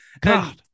God